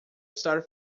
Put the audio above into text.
star